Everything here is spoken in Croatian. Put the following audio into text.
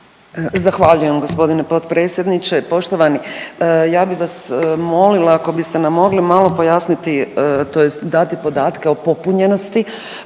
Zahvaljujem gospodine potpredsjedniče. Poštovani, ja bi vas molila ako biste nam mogli malo pojasniti tj. dati podatke o popunjenosti